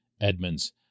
Edmonds